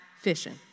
fishing